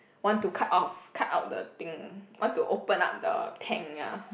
want to cut off cut out the thing want to open up the tank ya